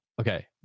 Okay